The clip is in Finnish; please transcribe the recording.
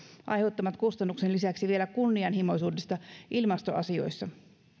kustannusten lisäksi vielä kunnianhimoisuudesta ilmastoasioissa